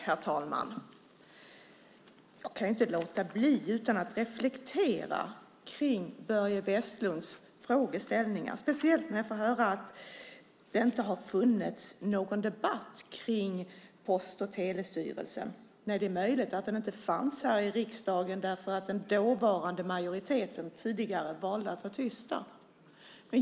Herr talman! Jag kan inte låta bli att reflektera över Börje Vestlunds frågor, speciellt när jag får höra att det inte har funnits någon debatt om Post och telestyrelsen. Det är möjligt att den inte fanns i riksdagen därför att den dåvarande majoriteten valde att vara tyst.